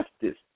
justice